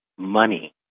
money